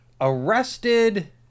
arrested